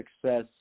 success